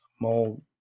mole